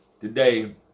today